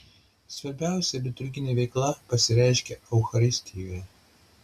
svarbiausia liturginė veikla pasireiškia eucharistijoje